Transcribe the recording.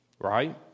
right